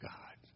God